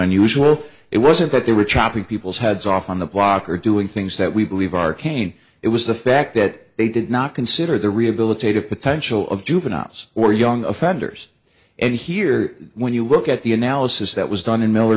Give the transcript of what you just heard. unusual it wasn't that they were chopping people's heads off on the block or doing things that we believe arcane it was the fact that they did not consider the rehabilitative potential of juveniles or young offenders and here when you look at the analysis that was done in miller